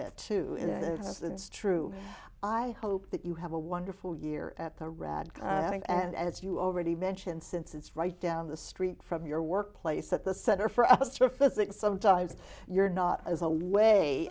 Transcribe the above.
it to that it's true i hope that you have a wonderful year at the rad and as you already mentioned since it's right down the street from your workplace at the center for us for physics sometimes you're not as a